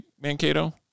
Mankato